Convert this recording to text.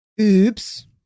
Oops